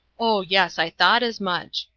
oh yes. i thought as much,